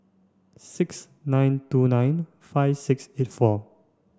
six nine two nine five six eight four